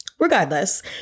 regardless